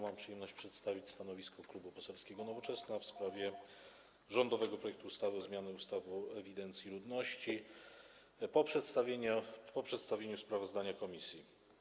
Mam przyjemność przedstawić stanowisko Klubu Poselskiego Nowoczesna w sprawie rządowego projektu ustawy o zmianie ustawy o ewidencji ludności, po przedstawieniu sprawozdania komisji.